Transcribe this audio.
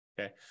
Okay